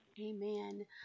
amen